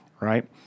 right